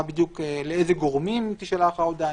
לאיזה גורמים תישלח ההודעה,